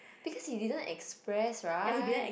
because he didn't express right